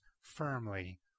firmly